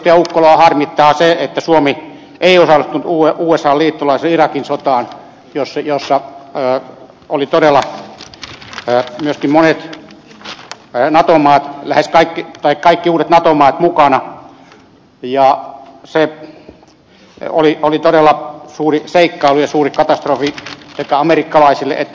ukkolaa harmittaa se että suomi ei osallistunut usan liittolaisena irakin sotaan jossa olivat todella myöskin monet nato maat kaikki uudet nato maat mukana ja se oli todella suuri seikkailu ja suuri katastrofi sekä amerikkalaisille että irakilaisille